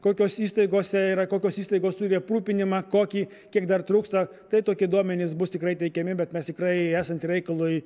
kokios įstaigose yra kokios įstaigos turi aprūpinimą kokį kiek dar trūksta tai tokie duomenys bus tikrai teikiami bet mes tikrai esant reikalui